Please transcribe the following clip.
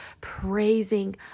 praising